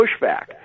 pushback